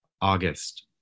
August